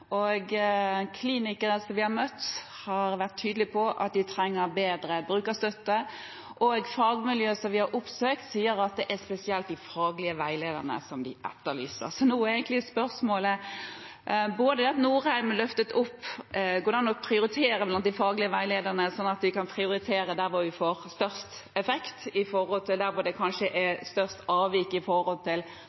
prioriteringskriteriene. Klinikere som vi har møtt, har vært tydelige på at de trenger bedre beslutningsstøtte, og et fagmiljø som vi har oppsøkt, sier at det er spesielt de faglige veilederne de etterlyser. Så nå er egentlig spørsmålet, som også Norheim-utvalget løftet fram: Går det an å prioritere blant de faglige veilederne, sånn at man kan prioritere der hvor vi får størst effekt i forhold til der hvor det kanskje er størst avvik i forhold til